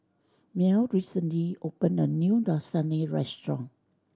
Mel recently opened a new Lasagne Restaurant